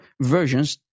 versions